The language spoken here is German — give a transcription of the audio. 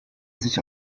sich